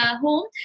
home